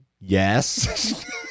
Yes